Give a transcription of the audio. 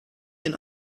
den